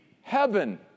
heaven